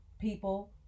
people